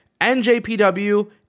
NJPW